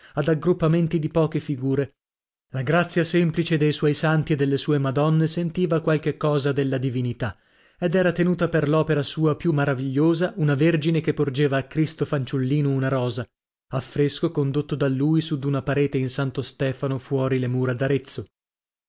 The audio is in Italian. ad aggruppamenti di poche figure la grazia semplice dei suoi santi e delle sue madonne sentiva qualche cosa della divinità ed era tenuta per l'opera sua più maravigliosa una vergine che porgeva a cristo fanciullino una rosa affresco condotto da lui su d'una parete in santo stefano fuori le mura d'arezzo